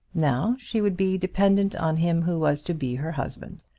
now she would be dependent on him who was to be her husband.